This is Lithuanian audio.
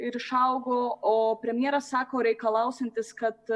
ir išaugo o premjeras sako reikalausiantis kad